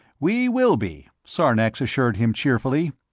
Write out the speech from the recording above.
we will be, sarnax assured him cheerfully.